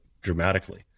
dramatically